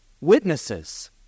witnesses